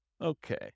Okay